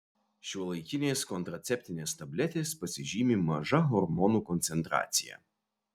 šiuolaikinės kontraceptinės tabletės pasižymi maža hormonų koncentracija